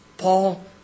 Paul